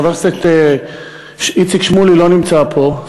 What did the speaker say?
חבר הכנסת איציק שמולי לא נמצא פה,